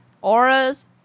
auras